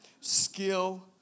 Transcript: skill